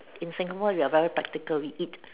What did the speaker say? in Singapore we are very practical we eat